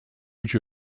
age